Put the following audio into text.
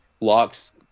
locks